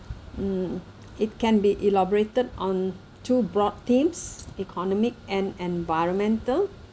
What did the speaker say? mm it can be elaborated on two broad themes economic and environmental